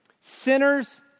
Sinners